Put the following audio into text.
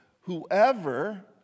whoever